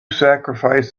sacrifice